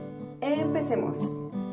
Empecemos